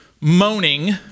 moaning